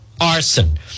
Arson